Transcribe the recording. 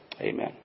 Amen